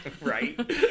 Right